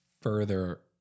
further